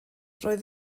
roedd